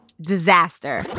Disaster